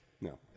no